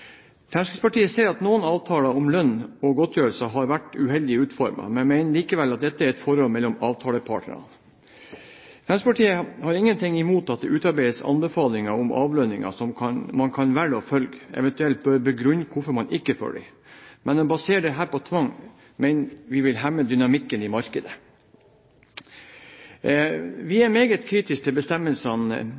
Fremskrittspartiet ser at noen avtaler om lønn og godtgjørelser har vært uheldig utformet, men mener likevel at dette er et forhold mellom avtalepartnerne. Fremskrittspartiet har ingenting imot at det utarbeides anbefaling om avlønning som man kan velge å følge, eventuelt begrunne hvorfor man ikke følger. Men å basere dette på tvang mener vi vil hemme dynamikken i markedet. Vi er meget kritisk til bestemmelsene